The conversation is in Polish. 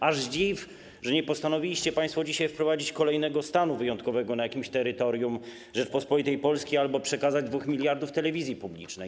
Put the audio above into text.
Aż dziw, że nie postanowiliście państwo dzisiaj wprowadzić kolejnego stanu wyjątkowego na jakimś terytorium Rzeczypospolitej Polskiej albo przekazać 2 mld telewizji publicznej.